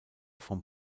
vom